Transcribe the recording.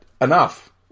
enough